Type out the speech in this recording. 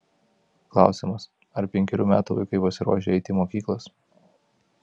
klausimas ar penkerių metų vaikai pasiruošę eiti į mokyklas